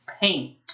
paint